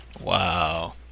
Wow